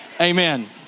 Amen